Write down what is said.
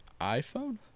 iPhone